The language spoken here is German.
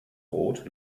roth